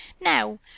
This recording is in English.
Now